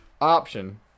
option